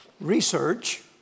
research